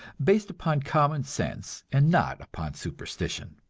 based upon common sense and not upon superstition.